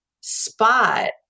spot